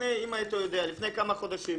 אם היית יודע לפני כמה חודשים,